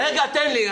רגע, תן לי.